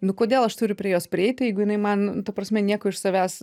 nu kodėl aš turiu prie jos prieit jeigu jinai man ta prasme nieko iš savęs